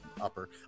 Upper